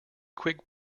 quick